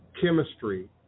chemistry